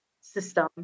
system